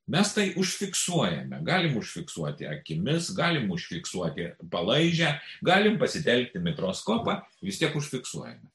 mes tai užfiksuojame galim užfiksuoti akimis galim užfiksuoti palaižę galim pasitelkti mikroskopą vis tiek užfiksuojame